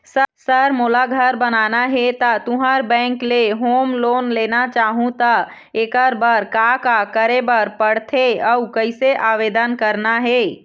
Sir मोला घर बनाना हे ता तुंहर बैंक ले होम लोन लेना चाहूँ ता एकर बर का का करे बर पड़थे अउ कइसे आवेदन करना हे?